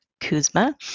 Kuzma